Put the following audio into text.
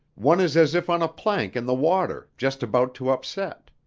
one is as if on a plank in the water just about to upset.